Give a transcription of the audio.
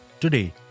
Today